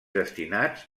destinats